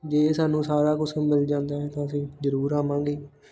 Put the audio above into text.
ਜੇ ਸਾਨੂੰ ਸਾਰਾ ਕੁਛ ਮਿਲ ਜਾਂਦਾ ਹੈ ਤਾਂ ਅਸੀਂ ਜ਼ਰੂਰ ਆਵਾਂਗੇ